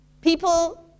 people